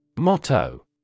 Motto